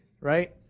right